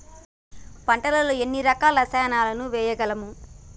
పంటలలో ఎన్ని రకాల రసాయనాలను వేయగలము?